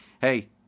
hey